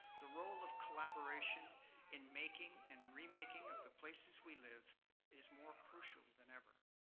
the role of collaboration in making and remaking of the places we live is more crucial than ever.